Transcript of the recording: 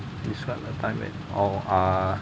describe a time when oh uh